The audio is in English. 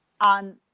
on